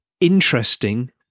interesting